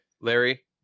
Larry